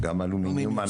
גם אלומיניום,